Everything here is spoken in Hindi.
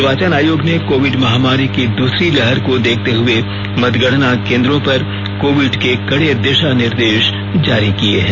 निर्वाचन आयोग ने कोविड महामारी की दूसरी लहर को देखते हुए मतगणना केन्द्रों पर कोविड के कड़े दिशा निर्देश जारी किए हैं